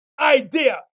idea